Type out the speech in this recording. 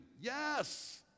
yes